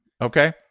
Okay